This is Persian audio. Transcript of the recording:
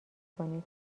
کنید